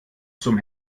zum